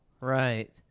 Right